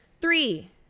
Three